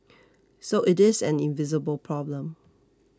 so it is an invisible problem